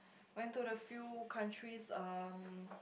went to the few countries um